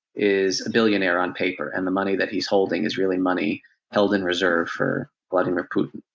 is a billionaire on paper, and the money that he's holding is really money held in reserve for vladimir putin.